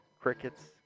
crickets